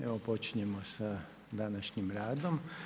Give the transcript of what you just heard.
Evo počinjemo sa današnjim radom.